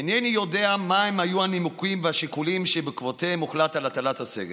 אינני יודע מה היו הנימוקים והשיקולים שבעקבותיהם הוחלט על הטלת הסגר,